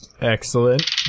Excellent